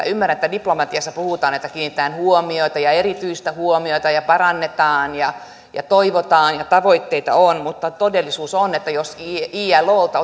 ymmärrän että diplomatiassa puhutaan että kiinnitetään huomiota ja erityistä huomiota ja parannetaan ja ja toivotaan ja tavoitteita on mutta todellisuus on että jos ilolta